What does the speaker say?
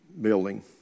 building